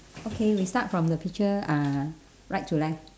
okay we start from the picture ah right to left